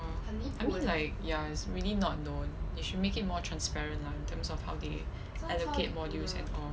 !wah! I mean like ya it's really not known you should make it more transparent lah in terms of how they allocate modules and all